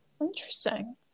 Interesting